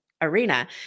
arena